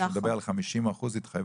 שבו הוא מדבר על 50% התחייבות.